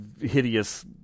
hideous